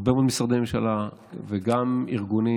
הרבה מאוד משרדי ממשלה וגם ארגונים.